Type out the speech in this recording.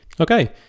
okay